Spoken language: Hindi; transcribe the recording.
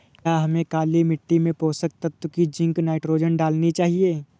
क्या हमें काली मिट्टी में पोषक तत्व की जिंक नाइट्रोजन डालनी चाहिए?